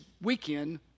weekend